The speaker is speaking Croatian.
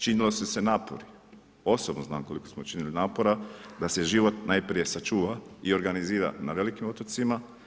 Činili su se napori, osobno znam koliko smo činili napora da se život najprije sačuva i organizira na velikim otocima.